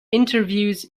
interviews